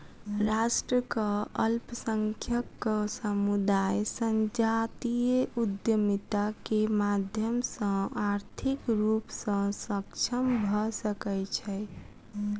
राष्ट्रक अल्पसंख्यक समुदाय संजातीय उद्यमिता के माध्यम सॅ आर्थिक रूप सॅ सक्षम भ सकै छै